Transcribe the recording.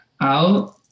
out